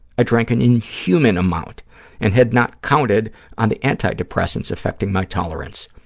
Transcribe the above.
i drank an inhuman amount and had not counted on the antidepressants affecting my tolerance.